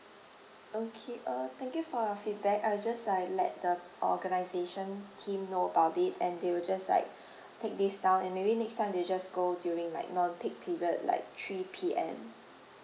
okay uh thank you for your feedback I will just like let the organisation team know about it and they will just like take this down and maybe next time they will just go during like non peak period like three P_M